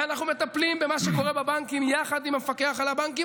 ואנחנו מטפלים במה שקורה בבנקים יחד עם המפקח על הבנקים,